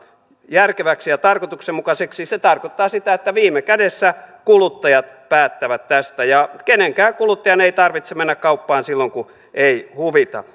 järkeväksi ja tarkoituksenmukaiseksi ja se tarkoittaa sitä että viime kädessä kuluttajat päättävät tästä ja kenenkään kuluttajan ei tarvitse mennä kauppaan silloin kun ei huvita